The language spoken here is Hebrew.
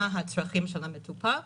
מהם הצרכים של המטופל,